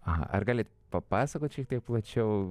aha ar galit papasakot šiek tiek plačiau